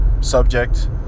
subject